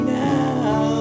now